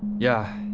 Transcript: yeah.